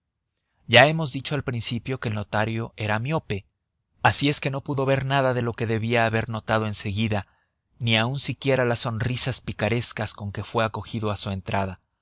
ya hemos dicho al principio que el notario era miope así es que no pudo ver nada de lo que debía haber notado en seguida ni aun siquiera las sonrisas picarescas con que fue acogido a su entrada